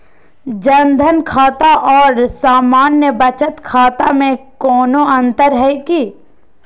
जन धन खाता और सामान्य बचत खाता में कोनो अंतर है की?